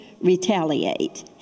retaliate